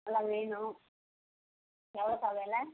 அதெலாம் வேணும் எவ்வளோக்கா வில